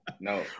no